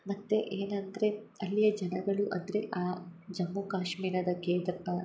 ಮತ್ತು ಏನಂದರೆ ಅಲ್ಲಿಯ ಜನಗಳು ಅಂದರೆ ಆ ಜಮ್ಮು ಕಾಶ್ಮೀರದ ಕೇದರ್ನಾಥ